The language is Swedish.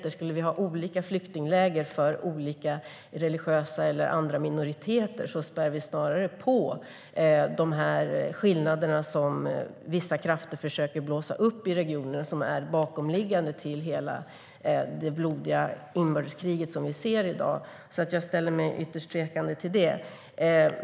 Om vi skulle ha olika flyktingläger för olika religiösa eller andra minoriteter spär vi snarare på de skillnader som vissa krafter försöker blåsa upp i regionen och som ligger bakom dagens blodiga inbördeskrig. Därför är jag ytterst tveksam till det.